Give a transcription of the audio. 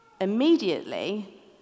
Immediately